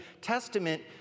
Testament